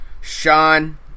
Sean